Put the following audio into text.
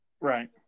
Right